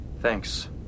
thanks